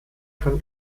kam